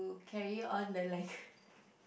carry on the lega~